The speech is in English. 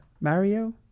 Mario